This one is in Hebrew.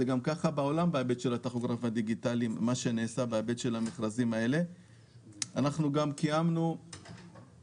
מה שנעשה במכרזים האלה זה גם כך בעולם בהיבט של התחבורה והדיגיטליים.